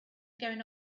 going